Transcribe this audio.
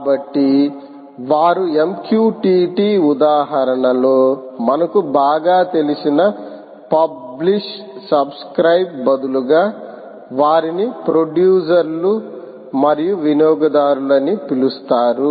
కాబట్టి వారు MQTT ఉదాహరణలో మనకు బాగా తెలిసిన పబ్లిష్ సబ్స్క్రయిబ్ బదులుగా వారిని ప్రొడ్యూసర్ లు మరియు వినియోగదారులు అని పిలుస్తారు